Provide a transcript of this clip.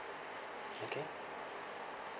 okay